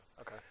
Okay